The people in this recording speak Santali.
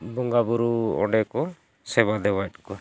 ᱵᱚᱸᱜᱟ ᱵᱩᱨᱩ ᱚᱸᱰᱮ ᱠᱚ ᱥᱮᱵᱟ ᱫᱮᱵᱟᱭᱮᱫ ᱠᱚᱣᱟ